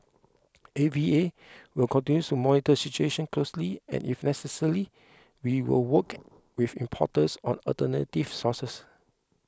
A V A will continue to monitor the situation closely and if necessary we will work with importers on alternative sources